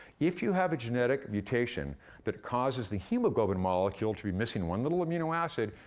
if you have a genetic mutation that causes the hemoglobin molecule to be missing one little amino acid,